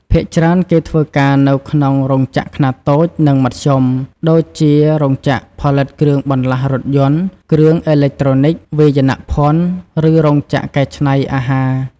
ភាគច្រើនគេធ្វើការនៅក្នុង រោងចក្រខ្នាតតូច និងមធ្យម ដូចជារោងចក្រផលិតគ្រឿងបន្លាស់រថយន្ត គ្រឿងអេឡិចត្រូនិក វាយនភ័ណ្ឌ ឬរោងចក្រកែច្នៃអាហារ ។